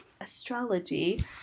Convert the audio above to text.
astrology